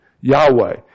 Yahweh